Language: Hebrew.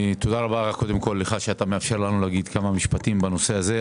תודה רבה רק קודם כל לך שאתה מאפשר לנו להגיד כמה משפטים בנושא הזה,